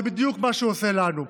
זה בדיוק מה שהוא עושה לנו.